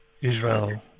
Israel